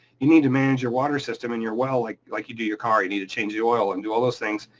you need to manage your water system and your well like you do your car. you need to change the oil and do all those things,